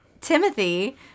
Timothy